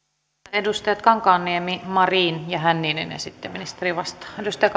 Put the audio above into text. edustajat kankaanniemi marin ja hänninen ja sitten ministeri vastaa